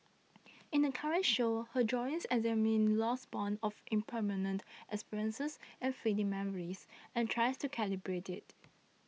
in the current show her drawings examine loss borne of impermanent experiences and fleeting memories and tries to calibrate it